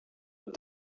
but